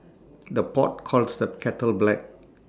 the pot calls the kettle black